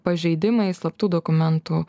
pažeidimai slaptų dokumentų